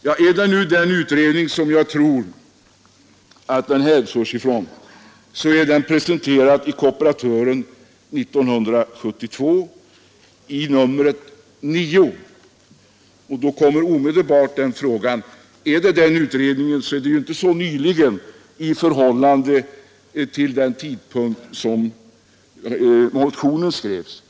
Ja, om det är den utredning som jag tror att det citerade är hämtat ur, så presenterades den i tidnigen Kooperatören nr 9 år 1972. Det är ju inte så nyligen, om man ser det från den tidpunkt då motionen skrevs.